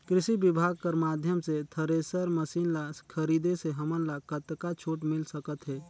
कृषि विभाग कर माध्यम से थरेसर मशीन ला खरीदे से हमन ला कतका छूट मिल सकत हे?